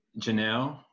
Janelle